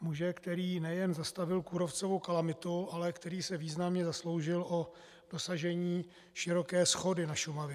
Muže, který nejen zastavil kůrovcovou kalamitu, ale který se významně zasloužil o dosažení široké shody na Šumavě.